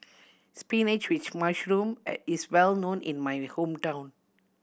spinach with mushroom is well known in my hometown